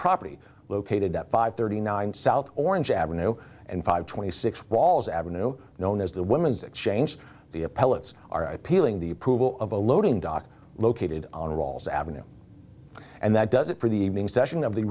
property located at five thirty nine south orange avenue and five twenty six walls avenue known as the women's exchange the appellants are i peeling the approval of a loading dock located on walls avenue and that does it for the evening session of the